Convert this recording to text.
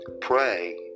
pray